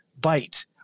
bite